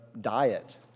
diet